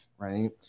Right